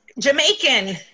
Jamaican